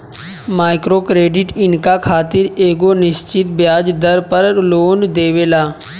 micro credit इनका खातिर एगो निश्चित ब्याज दर पर लोन देवेला